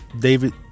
David